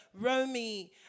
Romy